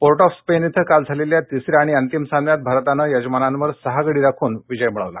port of Spain इथं काल झालेल्या तिसऱ्या आणि अंतिम सामन्यात भारतानं यजमानांवर सहा गड िाखून विजय मिळवला